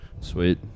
Sweet